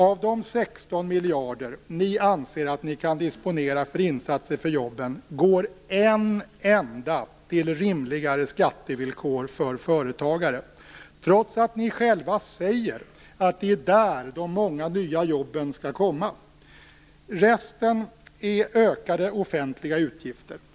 Av de 16 miljarder ni anser att ni kan disponera för insatser för jobben går en enda till rimligare skattevillkor för företagare, trots att ni själva säger att det är där de många nya jobben skall komma. Resten är ökade offentliga utgifter.